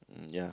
mm ya